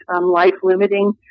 life-limiting